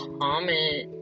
comment